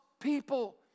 people